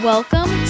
Welcome